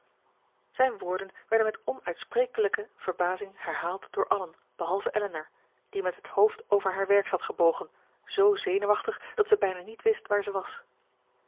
zijne woorden werden met onuitsprekelijke verbazing herhaald door allen behalve elinor die met het hoofd over haar werk zat gebogen z zenuwachtig dat zij bijna niet wist waar zij was